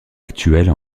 actuelle